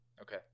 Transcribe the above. Okay